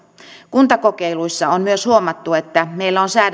kuntakokeiluissa on myös huomattu että meillä on